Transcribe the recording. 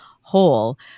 whole